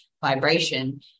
vibration